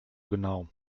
genau